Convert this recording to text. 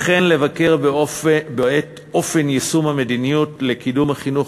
וכן לבקר את אופן יישום המדיניות לקידום החינוך